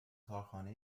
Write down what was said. کارخانه